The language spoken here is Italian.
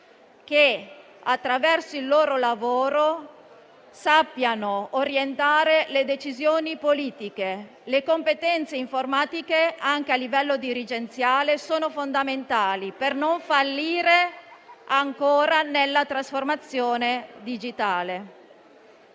che, attraverso il loro lavoro, sappiano orientare le decisioni politiche. Le competenze informatiche, anche a livello dirigenziale, sono fondamentali per non fallire ancora nella trasformazione digitale.